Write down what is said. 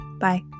Bye